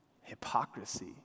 hypocrisy